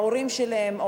ההורים שלהן,